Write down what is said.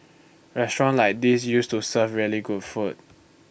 restaurants like these used to serve really good food